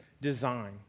design